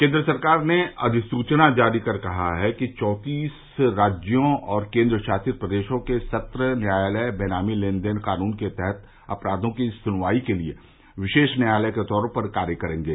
केन्द्र सरकार ने अधिसूचना जारी कर कहा है कि चौतीस राज्यों और केन्द्र शासित प्रदेशों के सत्र न्यायालय बेनामी लेन देन कानून के तहत अपराधों की सुनवाई के लिए विशेष न्यायालय के तौर पर कार्य करेंगे